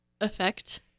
effect